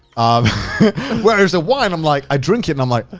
um where as a wine, i'm like, i drink it, and i'm like, ooh!